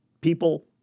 people